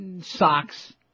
socks